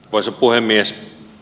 arvoisa puhemies